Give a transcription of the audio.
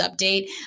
update